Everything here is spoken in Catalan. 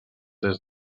des